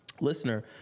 listener